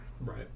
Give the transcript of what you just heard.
right